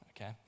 okay